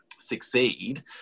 succeed